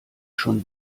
schon